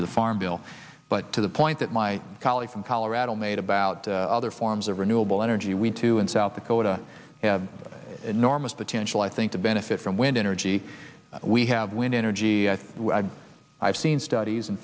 to the farm bill but to the point that my colleague from colorado made about other forms of renewable energy we too in south dakota have enormous potential i think to benefit from wind energy we have wind energy i've seen studies in